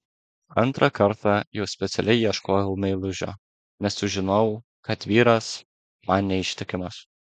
antrą kartą jau specialiai ieškojau meilužio nes sužinojau kad vyras man neištikimas